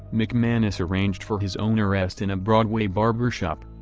mcmanus arranged for his own arrest in a broadway barbershop.